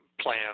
plan